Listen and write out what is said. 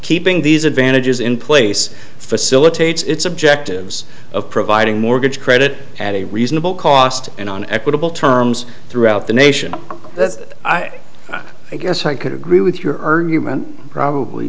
keeping these advantages in place facilitates its objectives of providing mortgage credit at a reasonable cost in an equitable terms throughout the nation that's i guess i could agree with your early human probably